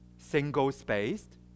single-spaced